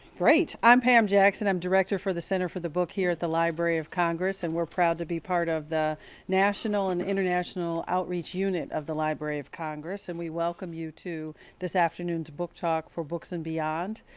great. i am pam jackson, i'm director for the center for the book here at the library of congress and we are proud to be part of the national and international outreach unit of the library of congress and we welcome you to this afternoon's book talk for books and beyond.